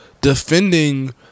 defending